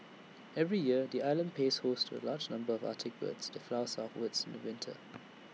every year the island plays host to A large number of Arctic birds that fly southwards in winter